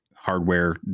hardware